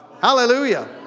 Hallelujah